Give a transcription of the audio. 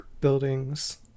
buildings